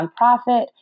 nonprofit